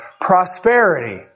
prosperity